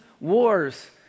wars